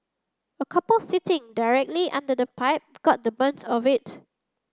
a couple sitting directly under the pipe got the brunt of it